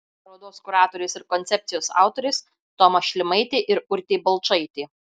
parodos kuratorės ir koncepcijos autorės toma šlimaitė ir urtė balčaitė